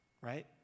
Right